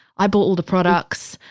i bought all the products,